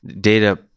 Data